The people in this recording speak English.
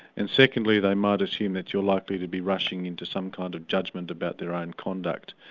and secondly, they might assume that you're likely to be rushing into some kind of judgment about their own conduct.